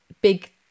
big